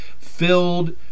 filled